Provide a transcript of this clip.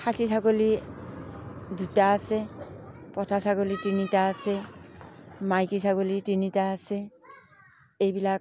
খাচী ছাগলী দুটা আছে পঠা ছাগলী তিনিটা আছে মাইকী ছাগলী তিনিটা আছে এইবিলাক